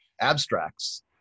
abstracts